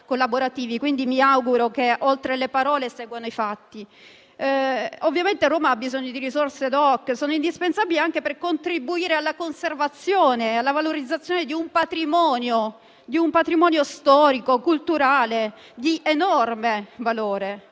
quindi mi auguro che, dopo le parole, seguano i fatti. Ovviamente Roma ha bisogno di risorse *ad hoc* e sono indispensabili anche per contribuire alla conservazione e alla valorizzazione di un patrimonio storico e culturale di enorme valore.